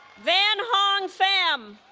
van hong pham